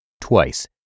twice